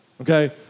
Okay